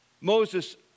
Moses